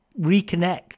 reconnect